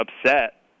upset